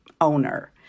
owner